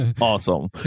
awesome